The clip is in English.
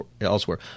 elsewhere